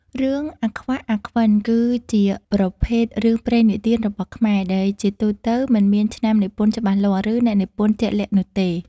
រឿង អាខ្វាក់ អាខ្វិន គឺជាប្រភេទរឿងព្រេងនិទានរបស់ខ្មែរ ដែលជាទូទៅមិនមានឆ្នាំនិពន្ធច្បាស់លាស់ ឬអ្នកនិពន្ធជាក់លាក់នោះទេ។